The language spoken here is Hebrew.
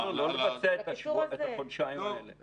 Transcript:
אני